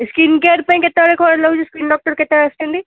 ଏ skin care ପାଇଁ କେତେବେଳେ ଖୋଲା ରହୁଛି ସ୍କିନ୍ ଡକ୍ଟର୍ କେତେବେଳେ ଆସୁଛନ୍ତି